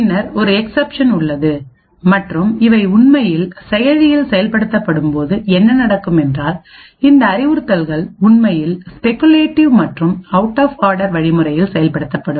பின்னர் ஒரு எக்சப்ஷன் உள்ளது மற்றும் இவை உண்மையில் செயலியில் செயல்படுத்தப்படும்போது என்ன நடக்கும் என்றால்இந்த அறிவுறுத்தல்கள் உண்மையில் ஸ்பெகுலேட்டிவ் மற்றும் அவுட் ஆப் ஆடர் வழிமுறையில் செயல்படுத்தப்படும்